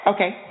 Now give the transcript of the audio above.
Okay